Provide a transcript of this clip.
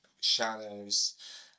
shadows